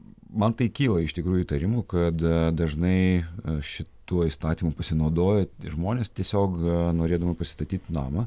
man tai kyla iš tikrųjų įtarimų kad dažnai šituo įstatymu pasinaudoja žmonės tiesiog norėdami pasistatyt namą